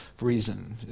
reason